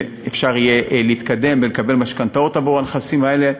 שאפשר יהיה להתקדם ולקבל משכנתאות עבור הנכסים האלה,